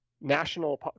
national